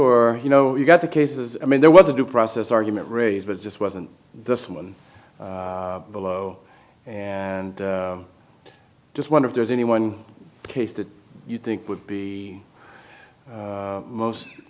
h you know you've got the cases i mean there was a due process argument raised but it just wasn't this one below and i just wonder if there's any one case that you think would be most